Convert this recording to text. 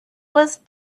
was